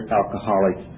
alcoholic